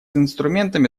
инструментами